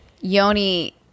Yoni